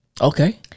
Okay